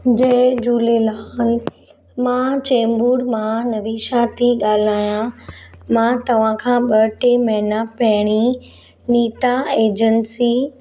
जय झूलेलाल मां चैंबुर मां नविशा थी ॻाल्हायां मां तव्हांखां ॿ टे महीना पहिरी नीता एजंसी